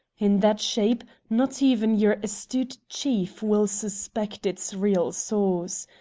in that shape, not even your astute chief will suspect its real source.